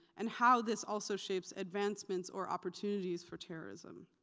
and how this also shapes advancements or opportunities for terrorism.